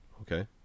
Okay